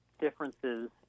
differences